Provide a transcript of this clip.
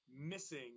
missing